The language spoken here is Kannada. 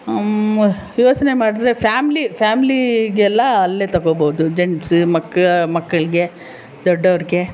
ಯೋಚನೆ ಮಾಡಿದರೆ ಫ್ಯಾಮಿಲಿ ಫ್ಯಾಮಿಲಿಗೆಲ್ಲ ಅಲ್ಲೇ ತಗೊಳ್ಬೋದು ಜೆಂಟ್ಸ್ ಮಕ್ಕ ಮಕ್ಕಳಿಗೆ ದೊಡ್ಡವರಿಗೆ